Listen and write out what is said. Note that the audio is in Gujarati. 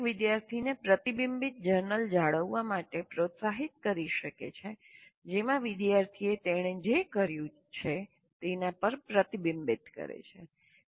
શિક્ષક વિદ્યાર્થીને પ્રતિબિંબીત જર્નલ જાળવવા માટે પ્રોત્સાહિત કરી શકે છે જેમાં વિદ્યાર્થીએ તેણે જે કર્યું છે તેના પર પ્રતિબિંબિત કરે છે